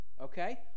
Okay